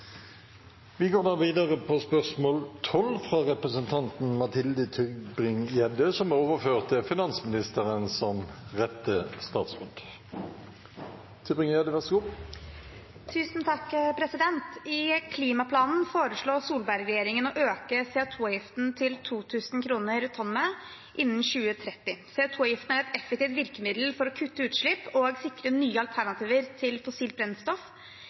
Vi går videre til spørsmål 12, fra representanten Mathilde Tybring-Gjedde, som er overført til finansministeren som rette statsråd. Dette spørsmålet, fra representanten Mathilde Tybring-Gjedde til klima- og miljøministeren, er overført til finansministeren som rette vedkommende. «I klimaplanen foreslo Solberg-regjeringen å øke CO 2 -avgiften til 2 000 kroner per tonn CO 2 i 2030. CO 2 -avgiften er et effektivt virkemiddel for å kutte utslipp og